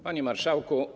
Panie Marszałku!